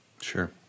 Sure